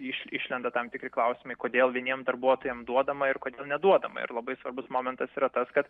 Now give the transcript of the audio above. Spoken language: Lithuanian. iš išlenda tam tikri klausimai kodėl vieniem darbuotojam duodama ir kodėl neduodama ir labai svarbus momentas yra tas kad